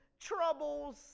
troubles